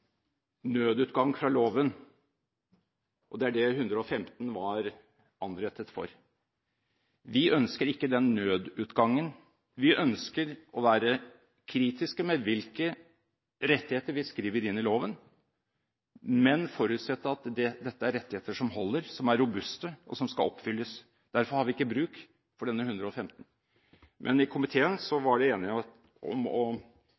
nødutgang fra loven, og det er det § 115 var anrettet for. Vi ønsker ikke den nødutgangen, vi ønsker å være kritiske til hvilke rettigheter vi skriver inn i loven, men forutsatt at dette er rettigheter som holder, som er robuste, og som skal oppfylles. Derfor har vi ikke bruk for denne § 115. Men i komiteen var det enighet om å